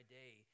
day